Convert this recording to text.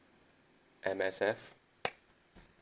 M_S_F